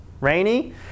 rainy